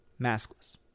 maskless